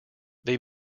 they